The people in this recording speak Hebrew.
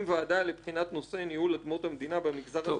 לבחינת נושא ניהול אדמות מדינה במגזר הכפרי בשטחים.